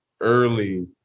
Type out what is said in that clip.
early